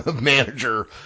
manager